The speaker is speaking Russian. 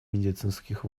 медицинских